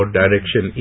direction